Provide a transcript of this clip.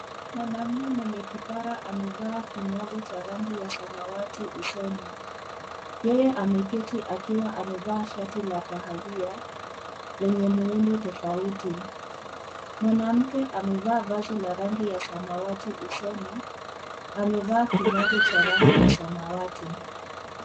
Mwanaume mwenye kipara, amevaa kinyago cha rangi ya samawati usoni. Yeye ameketi akiwa amevaa shati la kahawia lenye muhundo tofauti. Mwanamke amevaa vazi la rangi ya samawati, usoni amevaa kinyago cha rangi ya samawati.